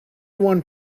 one